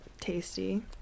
tasty